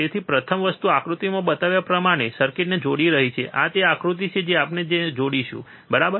તેથી પ્રથમ વસ્તુ આકૃતિમાં બતાવ્યા પ્રમાણે સર્કિટને જોડી રહી છે આ તે આકૃતિ છે જે આપણે તેને જોડીશું બરાબર